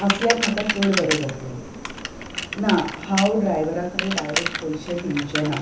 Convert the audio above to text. आसल्यार म्हाका चड बरें जातलें ना हांव ड्रायव्हरा कडेन डायरेक्ट पयशे दिवचे ना